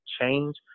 change